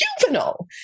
juvenile